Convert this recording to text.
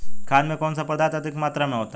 खाद में कौन सा पदार्थ अधिक मात्रा में होता है?